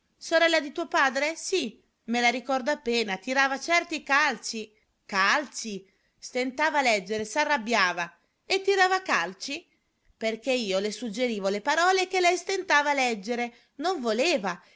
sorella di tuo padre sì me la ricordo appena tirava certi calci calci stentava a leggere s'arrabbiava e tirava calci perché io le suggerivo le parole che lei stentava a leggere non voleva